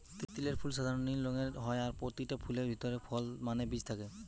তিলের ফুল সাধারণ নীল রঙের হয় আর পোতিটা ফুলের ভিতরে ফল মানে বীজ থাকে